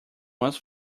must